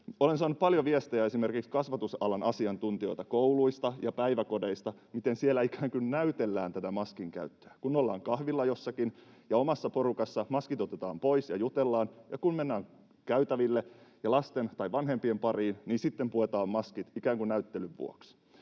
Olen saanut paljon viestejä esimerkiksi kasvatusalan asiantuntijoilta kouluista ja päiväkodeista, miten siellä ikään kuin näytellään tätä maskin käyttöä. Kun ollaan kahvilla jossakin ja omassa porukassa, maskit otetaan pois ja jutellaan, ja kun mennään käytäville ja lasten tai vanhempien pariin, niin sitten puetaan maskit ikään kuin näyttelyn vuoksi.